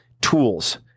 tools